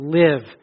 live